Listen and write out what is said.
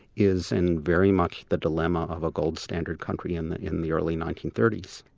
is in very much the dilemma of a gold standard country in the in the early nineteen thirty s,